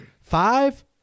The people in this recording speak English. five